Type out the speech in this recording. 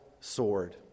sword